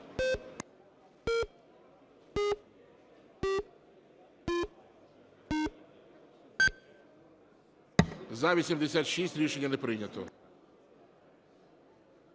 За-86 Рішення не прийнято.